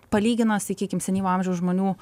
palygina sakykim senyvo amžiaus žmonių